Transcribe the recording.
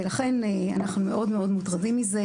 ולכן אנחנו מאוד מאוד מוטרדים מכך.